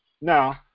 Now